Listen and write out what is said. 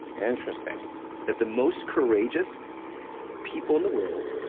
and interesting that the most courageous people in the world,